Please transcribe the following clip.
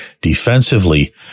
defensively